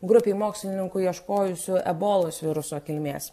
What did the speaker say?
grupei mokslininkų ieškojusių ebolos viruso kilmės